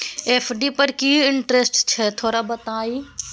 FD पर की interest छय थोरा बतईयो?